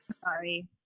Sorry